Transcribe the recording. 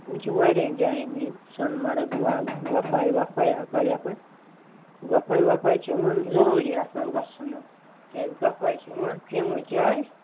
یِم چھِ واریاہَن جاین نِنۍ سۅنٕمَرگ گۄپھاے وۅپھاے ہُپٲرۍ یَپٲرۍ گۄپھایہِ وۅپھایہِ چھُ یِمن ضروٗری آسان گژھُن حظ کیٛازِ گۄپھایہِ چھِ یِمن فیمَس جاے